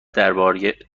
درباره